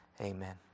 Amen